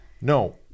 No